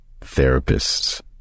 therapists